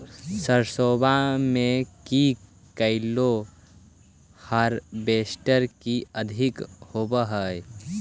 सरसोबा मे की कैलो हारबेसटर की अधिक होब है?